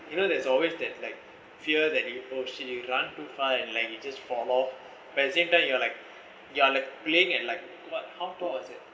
you know there's always that like fear that you oh shit you run too far and you just fall off but at the same time you are like you're like playing and like what how tall was it